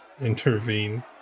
intervene